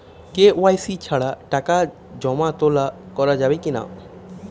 KYC ছাড়া টাকা জমা তোলা করা যাবে কি না?